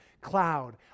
cloud